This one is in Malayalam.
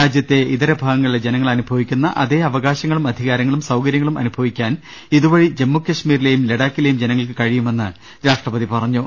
രാജ്യത്തെ ്ഇതര ഭാഗ ങ്ങളിലെ ജനങ്ങൾ അനുഭവിക്കുന്ന അതേ അവകാശങ്ങളും അധികാരങ്ങളും സൌകര്യങ്ങളും ്അനുഭവിക്കാൻ ഇതുവഴി ജമ്മു കശ്മീരിലെയും ലഡാക്കിലെയും ജനങ്ങൾക്ക് കഴിയു മെന്നും രാഷ്ട്രപതി പറഞ്ഞു